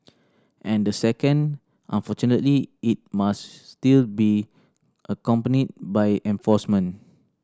and the second unfortunately it must still be accompanied by enforcement